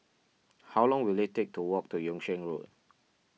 how long will it take to walk to Yung Sheng Road